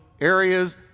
areas